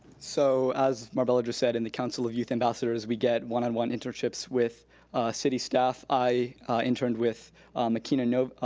so, as marbella just said, in the council of youth ambassadors, we get one on one internships with city staff. i interned with makana nova,